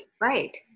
Right